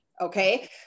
Okay